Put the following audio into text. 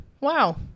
Wow